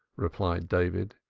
replied david,